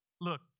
Look